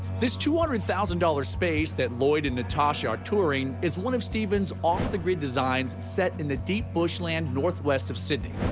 this two hundred thousand dollars space that lloyd and natasha are touring is one of stephen's off-the-grid designs set in the deep bushland northwest of sydney.